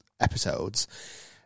episodes